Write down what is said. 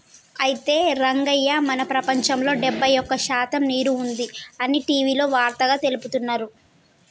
అయితే రంగయ్య మన ప్రపంచంలో డెబ్బై ఒక్క శాతం నీరు ఉంది అని టీవీలో వార్తగా తెలుపుతున్నారు